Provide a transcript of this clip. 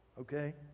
okay